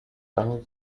lange